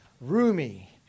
roomy